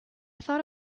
thought